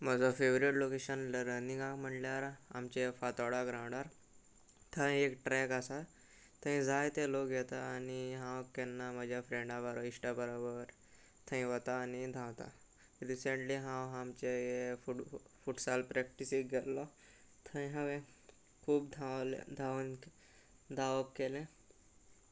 म्हजो favourite location रनिंगाक म्हणल्यार आमच्या फातोडा ग्रावंडार थंय एक ट्रेक आसा थंय जायते लोक येता आनी हांव केन्ना म्हज्या फ्रेंडा बाराबर इश्टा बाराबर थंय वता आनी धांवता रिसंन्टली हांव आमचे फ फुटसाल प्रॅक्टिसेक गेल्लो थंय हांवे खूब धांवले धांवन धांवप केलें